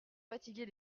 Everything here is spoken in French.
fatiguer